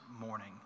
morning